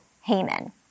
Haman